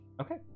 okay